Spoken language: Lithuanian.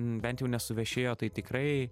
bent jau nesuvešėjo tai tikrai